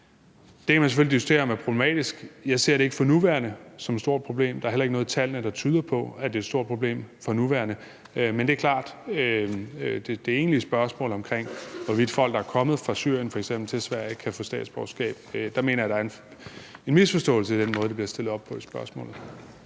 Det kan man selvfølgelig diskutere om er problematisk. Jeg ser det ikke for nuværende som et stort problem. Der er heller ikke noget i tallene, der tyder på, at det er et stort problem for nuværende. Men det er klart, at i forbindelse med det egentlige spørgsmål om, hvorvidt folk, der f.eks. er kommet fra Syrien til Sverige, kan få statsborgerskab, mener jeg, at der er en misforståelse i den måde, det bliver stillet op på i spørgsmålet.